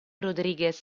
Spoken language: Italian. rodríguez